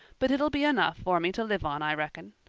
but it'll be enough for me to live on i reckon.